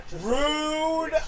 Rude